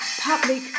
public